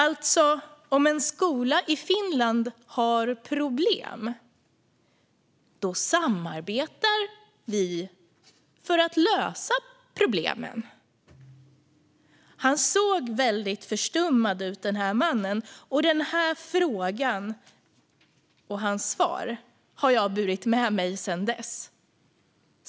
Om en skola i Finland har problem då samarbetar vi för att lösa problemen." Denna man såg väldigt förstummad ut. Och denna fråga och hans svar har jag burit med mig sedan dess.